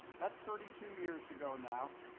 that's thirty two years ago now,